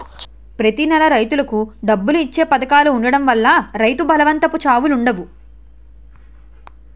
ప్రతి నెలకు రైతులకు డబ్బులు ఇచ్చే పధకాలు ఉండడం వల్ల రైతు బలవంతపు చావులుండవు